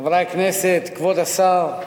חברי הכנסת, כבוד השר,